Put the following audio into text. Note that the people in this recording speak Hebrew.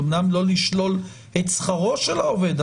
אמנם לא לשלול את שכרו של עובד,